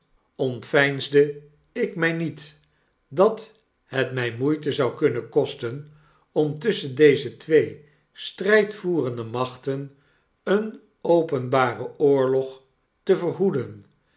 ontveinsde ik my niet dat het my moeite zou kunnen kosten om tusschen deze twee strydvoerende machteneen openbaren oorlog te verhoeden